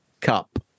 Cup